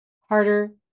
Harder